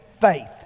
faith